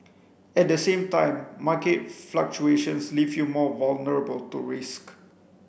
at the same time market fluctuations leave you more vulnerable to risk